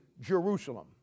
Jerusalem